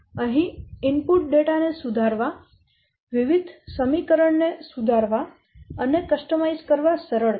અહીં input data ને સુધારવા વિવિધ સમીકરણ ને સુધારવા અને કસ્ટમાઇઝ કરવા સરળ છે